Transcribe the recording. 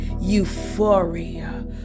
euphoria